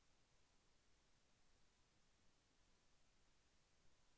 NBFC అనగా ఏమిటీ?